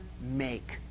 make